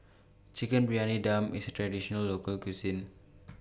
Chicken Briyani Dum IS A Traditional Local Cuisine